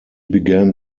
began